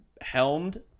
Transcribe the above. helmed